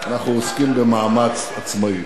אנחנו עוסקים במאמץ עצמאי.